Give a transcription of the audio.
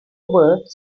word